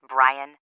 Brian